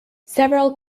several